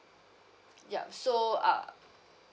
yup so uh